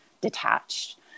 detached